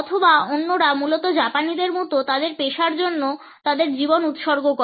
অথবা অন্যরা মূলত জাপানিদের মতো তাদের পেশার জন্য তাদের জীবন উৎসর্গ করে